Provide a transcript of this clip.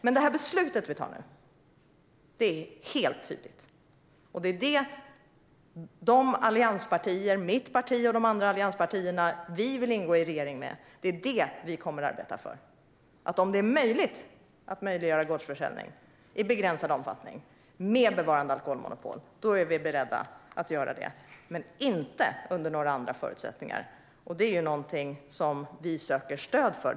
Men beslutet vi tar nu är helt tydligt. Det som mitt parti och de andra allianspartierna, som vi vill ingå i en regering med, kommer att arbeta för är att om det är möjligt möjliggöra gårdsförsäljning i begränsad omfattning med bevarat alkoholmonopol. Om det är möjligt är vi beredda att göra det, men inte under några andra förutsättningar. Det är detta som vi söker stöd för.